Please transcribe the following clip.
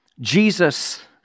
Jesus